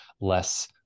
less